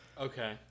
Okay